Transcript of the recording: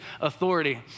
authority